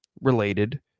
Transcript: related